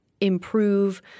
improve